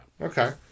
Okay